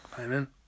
Amen